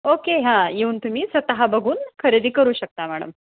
okay हां येऊन तुम्ही स्वतः बघून खरेदी करू शकता मॅडम